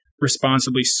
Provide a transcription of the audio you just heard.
responsibly